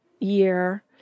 year